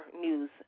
news